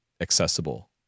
accessible